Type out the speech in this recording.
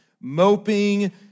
moping